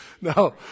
No